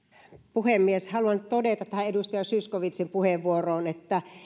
puhemies haluan todeta tähän edustaja zyskowiczin puheenvuoroon että